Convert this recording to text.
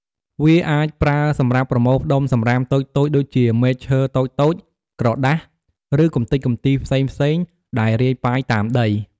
វាអាចប្រើសម្រាប់ប្រមូលផ្តុំសំរាមតូចៗដូចជា មែកឈើតូចៗ ក្រដាស ឬកំទេចកំទីផ្សេងៗដែលរាយប៉ាយតាមដី។